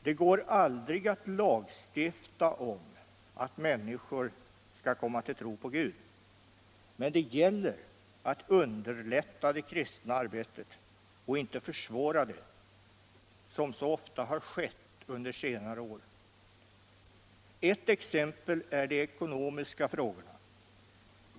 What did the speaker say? Det går aldrig att lagstifta om att människor skall komma till tro på Gud! Men det gäller att underlätta det kristna arbetet och inte försvåra det, som så ofta har skett under senare år. Ett exempel är de ekonomiska frågorna.